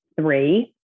three